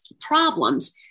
problems